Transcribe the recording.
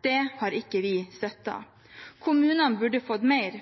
Det har ikke vi støttet. Kommunene burde fått mer,